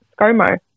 Scomo